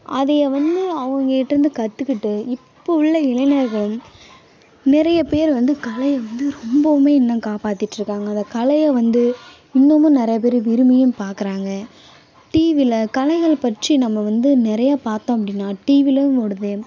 அதை வந்து அவங்கயிட்டருந்து கற்றுக்கிட்டு இப்போது உள்ள இளைஞர்களும் நிறைய பேர் வந்து கலையை வந்து ரொம்பவுமே இன்னும் காப்பாற்றிட்ருக்காங்க அந்த கலையை வந்து இன்னமும் நிறைய பேர் விரும்பியும் பார்க்கறாங்க டிவியில் கலைகள் பற்றி நம்ம வந்து நிறைய பார்த்தோம் அப்படின்னா டிவியிலும் ஓடுது